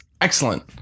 excellent